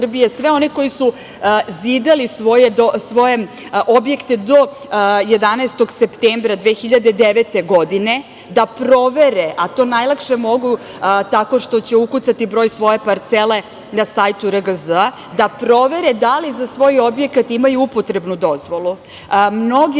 sve one koji su zidali svoje objekte do 11. septembra 2009. godine da provere, a to najlakše mogu tako što će ukucati broj svoje parcele na sajtu RGZ-a, da provere da li za svoj objekat imaju upotrebnu dozvolu. Mnogi